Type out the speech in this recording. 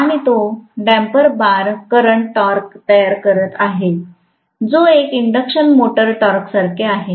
आणि तो damper bar current torque तयार करणार आहे जो एका इंडक्शन मोटर टॉर्कसारखे आहे